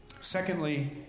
Secondly